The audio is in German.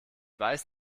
weiß